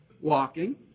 walking